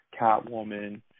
Catwoman